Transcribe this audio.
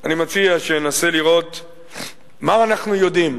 אני מציע שננסה לראות מה אנחנו יודעים,